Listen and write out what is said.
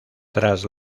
tras